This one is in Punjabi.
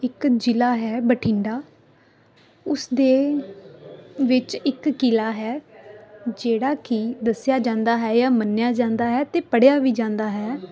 ਇੱਕ ਜ਼ਿਲ੍ਹਾ ਹੈ ਬਠਿੰਡਾ ਉਸਦੇ ਵਿੱਚ ਇੱਕ ਕਿਲ੍ਹਾ ਹੈ ਜਿਹੜਾ ਕਿ ਦੱਸਿਆ ਜਾਂਦਾ ਹੈ ਜਾਂ ਮੰਨਿਆ ਜਾਂਦਾ ਹੈ ਅਤੇ ਪੜ੍ਹਿਆ ਵੀ ਜਾਂਦਾ ਹੈ